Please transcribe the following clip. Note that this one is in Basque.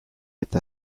eta